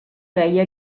feia